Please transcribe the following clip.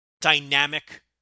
dynamic